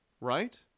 right